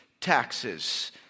taxes